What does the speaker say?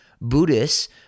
Buddhists